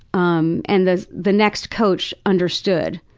um and the the next coach understood.